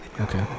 Okay